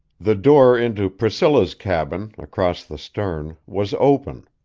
the door into priscilla's cabin, across the stern, was open.